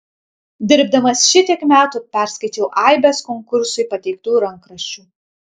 dirbdamas šitiek metų perskaičiau aibes konkursui pateiktų rankraščių